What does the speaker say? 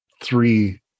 three